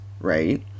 right